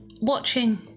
watching